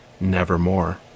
Nevermore